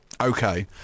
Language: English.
okay